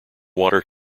water